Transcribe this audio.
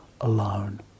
alone